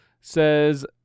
says